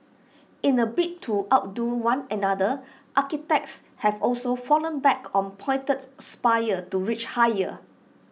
in A bid to outdo one another architects have also fallen back on pointed spires to reach higher